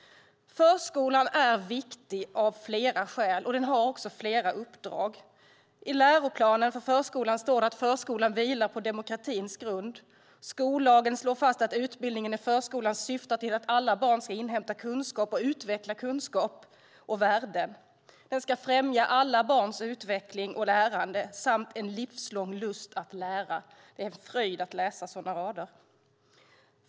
Förskolan är viktig av flera skäl, och den har flera uppdrag. I läroplanen för förskolan står det att förskolan vilar på demokratins grund. Skollagen slår fast att utbildningen i förskolan syftar till att alla barn ska inhämta kunskap och utveckla kunskap och värden. Den ska främja alla barns utveckling och lärande och ge en livslång lust att lära. Det är en fröjd att läsa sådana rader.